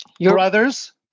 brother's